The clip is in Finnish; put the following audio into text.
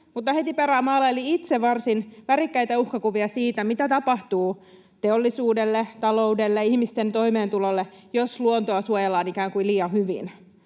mutta heti perään maalaili itse varsin värikkäitä uhkakuvia siitä, mitä tapahtuu teollisuudelle, taloudelle, ihmisten toimeentulolle, jos luontoa suojellaan ikään kuin liian hyvin.